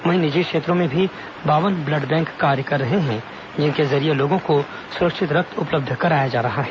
वहीं निजी क्षेत्रों में भी बावन ब्लड बैंक कार्य कर रहे हैं जिनके जरिये लोगों को सुरक्षित रक्त उपलब्ध कराया जा रहा है